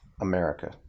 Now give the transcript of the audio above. America